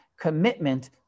commitment